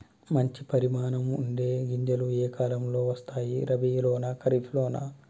మంచి పరిమాణం ఉండే గింజలు ఏ కాలం లో వస్తాయి? రబీ లోనా? ఖరీఫ్ లోనా?